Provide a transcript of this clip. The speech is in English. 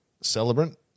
celebrant